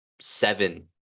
seven